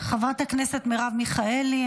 חברת הכנסת מרב מיכאלי,